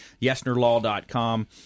yesnerlaw.com